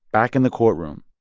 back in the courtroom,